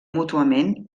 mútuament